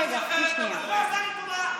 באמת אני לא שומעת.